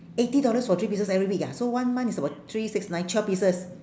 eighty dollars for three pieces every week ah so one month is about three six nine twelve pieces